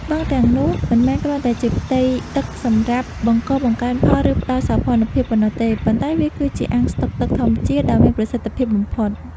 បឹងទាំងនោះ មិនមែនគ្រាន់តែជាផ្ទៃទឹកសម្រាប់បង្កបង្កើនផល ឬផ្តល់សោភ័ណភាពប៉ុណ្ណោះទេ ប៉ុន្តែវាគឺជាអាងស្តុកទឹកធម្មជាតិដ៏មានប្រសិទ្ធភាពបំផុត។